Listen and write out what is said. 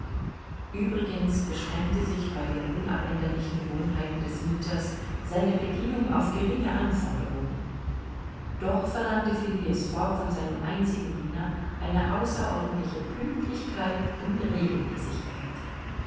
uebrigens beschränkte sich bei den unabänderlichen gewohnheiten des miethers seine bedienung auf geringe anforderungen doch verlangte phileas fogg von seinem einzigen diener eine außerordentliche pünktlichkeit und regelmäßigkeit